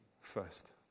first